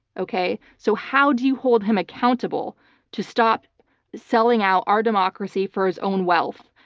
okay? so how do you hold him accountable to stop selling out our democracy for his own wealth?